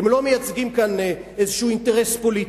הם לא מייצגים כאן איזה אינטרס פוליטי.